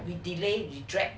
you delay you drag